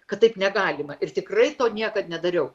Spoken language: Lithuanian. kad taip negalima ir tikrai to niekad nedariau